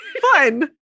fun